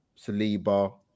Saliba